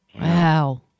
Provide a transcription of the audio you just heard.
wow